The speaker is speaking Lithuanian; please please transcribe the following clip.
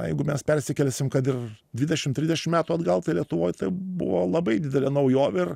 na jeigu mes persikelsim kad ir dvidešim trisdešim metų atgal tai lietuvoj buvo labai didelė naujovė ir